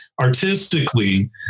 artistically